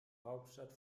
hauptstadt